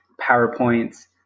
PowerPoints